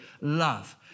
love